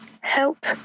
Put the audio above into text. help